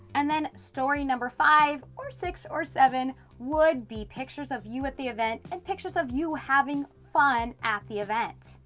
and then story number five or six or seven, would be pictures of you at the event and pictures of you having fun at the event.